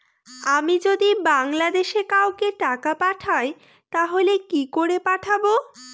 আমি যদি বাংলাদেশে কাউকে টাকা পাঠাই তাহলে কি করে পাঠাবো?